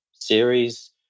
Series